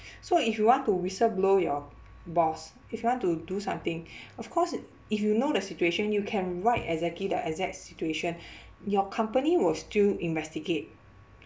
so if you want to whistleblow your boss if you want to do something of course if you know the situation you can write exactly the exact situation your company will still investigate